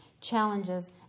challenges